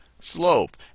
slope